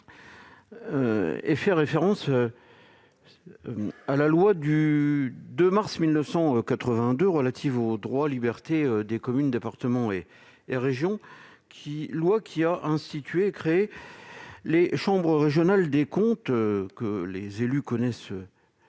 fait référence à la loi du 2 mars 1982 relative aux droits et liberté des communes, départements et régions, qui a institué les chambres régionales des comptes, bien connues des élus,